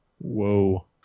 Whoa